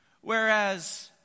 Whereas